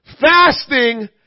fasting